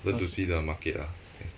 learn to see the market ah and stuff